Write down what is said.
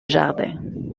jardin